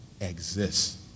exists